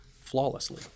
flawlessly